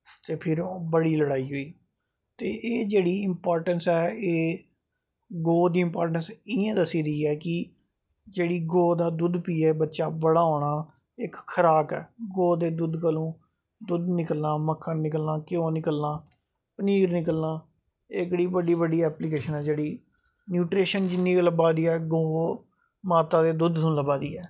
ते फिर बड़ी लड़ाई होई ते एह् जेह्ड़ी इंपार्टैंस ऐ एह् गौ दी इंपार्टैंस इ'यां दस्सी दी ऐ कि जेह्ड़ा गौ दा दुद्ध पियै बच्चा बड्डा होना इक खराक ऐ गौ दे दुद्ध कोलूं दुद्ध निकलना घ्यो निकलनां मक्खन निकलना पनीर निकलना एह्कड़ी बड्डी बड्डी ऐपलिकेशनां जेह्ड़ियां न्यूट्रिशन जिन्नी लब्भा दी ऐ गौ माता दे दुद्ध शा लब्भा दी ऐ